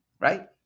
Right